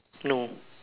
no